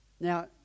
Now